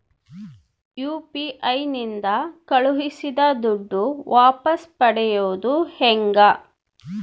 UPI ನಿಂದ ಕಳುಹಿಸಿದ ದುಡ್ಡು ವಾಪಸ್ ಪಡೆಯೋದು ಹೆಂಗ?